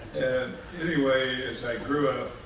and anyway, as i grew up,